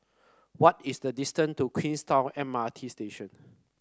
what is the distant to Queenstown M R T Station